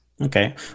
Okay